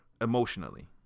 emotionally